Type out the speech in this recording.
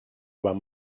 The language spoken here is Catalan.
vam